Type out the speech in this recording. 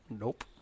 Nope